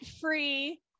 free